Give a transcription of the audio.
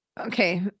Okay